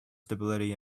stability